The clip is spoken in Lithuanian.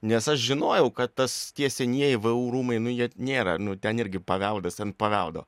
nes aš žinojau kad tas tie senieji vu rūmai nu jie nėra nu ten irgi paveldas ten paveldo